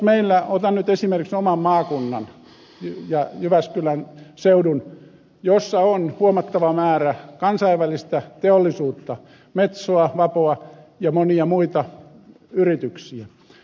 otan nyt esimerkiksi oman maakunnan ja jyväskylän seudun jossa on huomattava määrä kansainvälistä teollisuutta metsoa vapoa ja monia muita yrityksiä